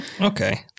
Okay